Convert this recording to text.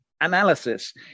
analysis